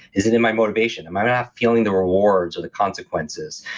is it in my motivation? am i not feeling the rewards or the consequences?